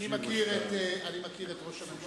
אני מכיר את ראש הממשלה